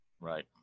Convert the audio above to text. Right